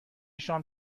شام